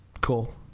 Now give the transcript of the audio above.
Cool